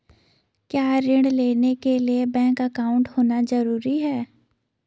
क्या ऋण लेने के लिए बैंक अकाउंट होना ज़रूरी है?